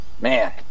Man